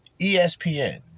ESPN